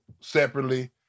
separately